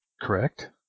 Correct